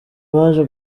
baje